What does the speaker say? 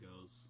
goes